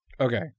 Okay